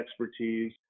expertise